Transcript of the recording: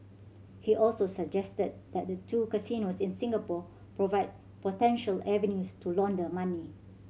he also suggested that the two casinos in Singapore provide potential avenues to launder money